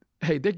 hey